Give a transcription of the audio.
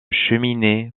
cheminée